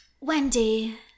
Wendy